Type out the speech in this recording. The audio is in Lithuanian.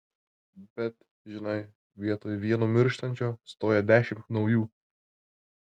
bet žinai vietoj vieno mirštančio stoja dešimt naujų